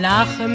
Lach